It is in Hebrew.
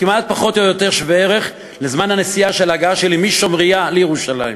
כמעט פחות או יותר שווה ערך לזמן הנסיעה שלי משומריה לירושלים.